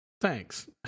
Thanks